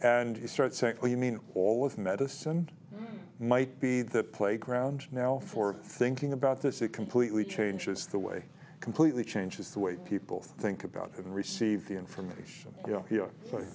and you start saying oh you mean all of medicine might be the playground now for thinking about this it completely changes the way completely changes the way people think about and receive the information